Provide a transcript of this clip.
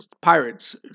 pirates